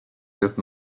jest